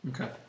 Okay